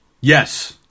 Yes